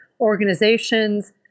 organizations